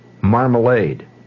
marmalade